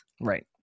Right